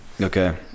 Okay